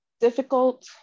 difficult